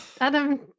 Adam